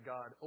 God